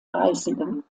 reisenden